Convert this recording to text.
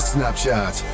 Snapchat